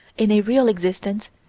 in a real existence,